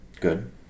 Good